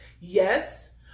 yes